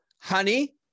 honey